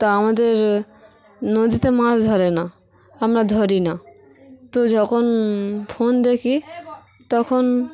তা আমাদের নদীতে মাছ ধরে না আমরা ধরি না তো যখন ফোন দেখি তখন